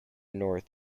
north